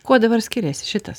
kuo dabar skiriasi šitas